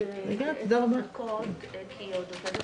הישיבה ננעלה